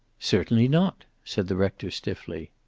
certainly not, said the rector, stiffly.